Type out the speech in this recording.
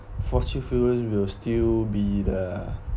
fossil fuels will still be the